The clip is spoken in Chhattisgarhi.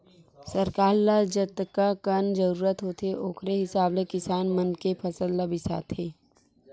सरकार ल जतकाकन जरूरत होथे ओखरे हिसाब ले किसान मन के फसल ल बिसाथे